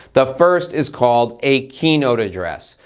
the first is called a keynote address.